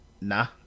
nah